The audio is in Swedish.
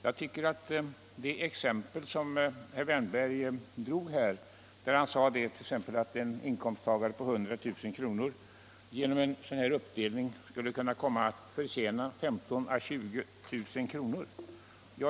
Herr Wärnberg tog som ett exempel att en inkomsttagare på 100 000 kr. genom en uppdelning skulle komma att förtjäna 15 000-20 000 kr.